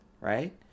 right